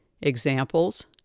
examples